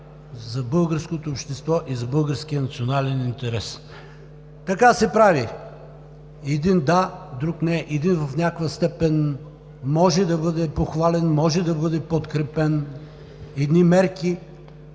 за българското общество и за българския национален интерес. Така се прави: един да, друг – не; един в някаква степен може да бъде похвален, може да бъде подкрепен; едни мерки